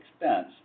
expense